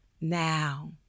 now